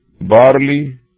barley